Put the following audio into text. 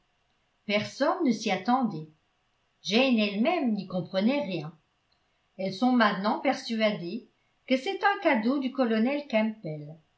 personne ne s'y attendait jane elle-même n'y comprenait rien elles sont maintenant persuadées que c'est un cadeau du colonel campbell